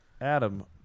Adam